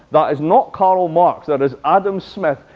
that is not karl marx. that is adam smith,